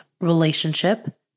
relationship